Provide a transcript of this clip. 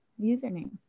username